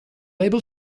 able